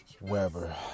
Weber